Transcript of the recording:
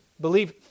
believe